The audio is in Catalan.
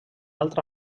altra